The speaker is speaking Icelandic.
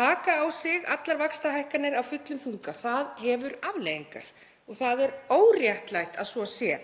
taka á sig allar vaxtahækkanir af fullum þunga. Það hefur afleiðingar og það er óréttlátt að svo sé.